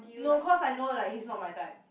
no cause I know he's not my type